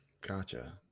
Gotcha